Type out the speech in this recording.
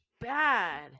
bad